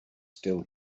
still